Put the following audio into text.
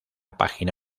página